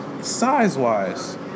size-wise